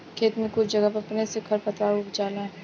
खेत में कुछ जगह पर अपने से खर पातवार उग जाला